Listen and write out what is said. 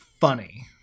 funny